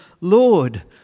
Lord